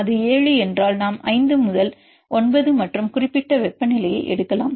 அது 7 என்றால் நாம் 5 முதல் 9 மற்றும் குறிப்பிட்ட வெப்பநிலையை எடுக்கலாம்